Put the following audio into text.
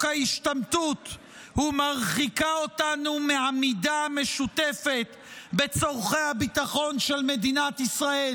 ההשתמטות ומרחיקה אותנו מעמידה משותפת בצורכי הביטחון של מדינת ישראל,